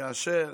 וכאשר